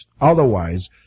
Otherwise